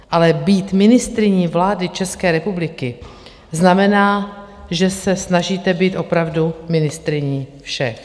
Ale být ministryní vlády České republiky znamená, že se snažíte být opravdu ministryní všech.